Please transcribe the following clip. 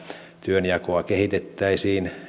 työnjakoa kehitettäisiin